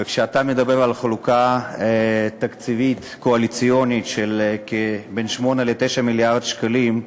וכשאתה מדבר על חלוקה תקציבית קואליציונית של בין 8 ל-9 מיליארד שקלים,